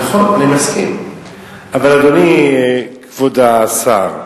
נכון, אני מסכים, אבל, אדוני כבוד השר,